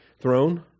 throne